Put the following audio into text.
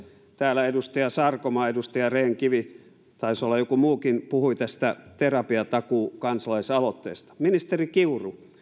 täällä edustaja sarkomaa ja edustaja rehn kivi taisi olla joku muukin puhuivat tästä terapiatakuu kansalaisaloitteesta ministeri kiuru